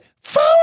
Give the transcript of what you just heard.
phone